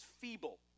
feeble